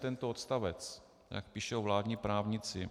tento odstavec, jak píšou vládní právníci.